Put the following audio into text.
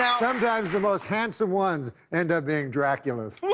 sometimes the most handsome one end up being draculas. yeah